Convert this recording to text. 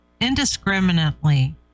indiscriminately